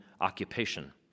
occupation